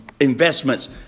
investments